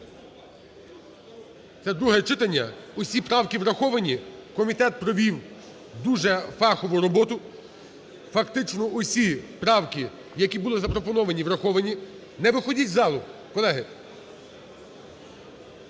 Це друге читання, усі правки враховані, комітет провів дуже фахову роботу, фактично усі правки, які були запропоновані, враховані. Не виходіть із залу, колеги.